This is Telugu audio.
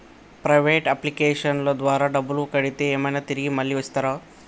ప్రైవేట్ అప్లికేషన్ల ద్వారా డబ్బులు కడితే ఏమైనా తిరిగి మళ్ళీ ఇస్తరా?